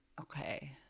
Okay